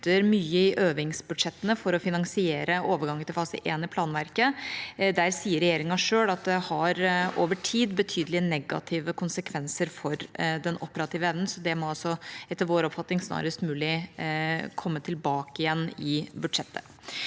mye i øvingsbudsjettene for å finansiere overgangen til fase én i planverket. Der sier regjeringa selv at det over tid har betydelige negative konsekvenser for den operative evnen, så det må etter vår oppfatning snarest mulig komme tilbake igjen i budsjettet.